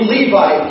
Levi